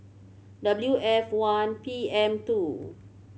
W F one P M two